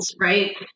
right